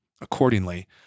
accordingly